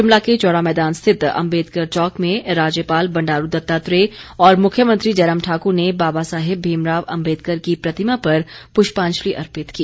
शिमला के चौड़ा मैदान स्थित अम्बेदकर चौक में राज्यपाल बंडारू दत्तात्रेय और मुख्यमंत्री जयराम ठाकुर ने बाबा साहेब भीमराव अम्बेदकर की प्रतिमा पर पुष्पांजलि अर्पित की